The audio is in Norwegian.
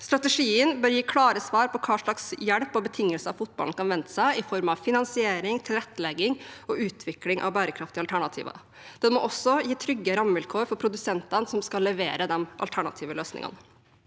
Strategien bør gi klare svar på hva slags hjelp og betingelser fotballen kan vente seg i form av finansiering, tilrettelegging og utvikling av bærekraftige alternativer. Den må også gi trygge rammevilkår for produsentene som skal levere de alternative løsningene.